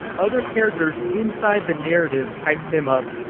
other characters inside the narrative hype him up.